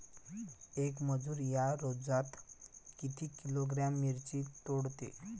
येक मजूर या रोजात किती किलोग्रॅम मिरची तोडते?